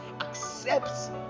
accepts